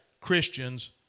Christians